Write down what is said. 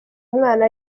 umwana